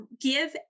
give